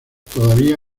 todavía